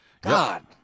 God